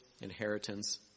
inheritance